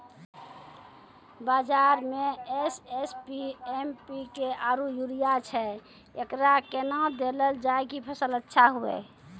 बाजार मे SSP, MPK आरु यूरिया छैय, एकरा कैना देलल जाय कि फसल अच्छा हुये?